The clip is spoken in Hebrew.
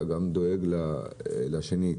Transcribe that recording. אתה דואג גם לשני.